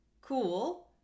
cool